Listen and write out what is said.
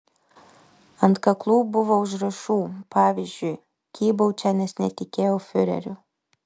ant kaklų buvo užrašų pavyzdžiui kybau čia nes netikėjau fiureriu